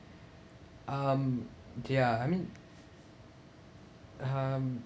um their I mean um